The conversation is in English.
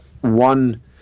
one